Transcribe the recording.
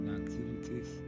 activities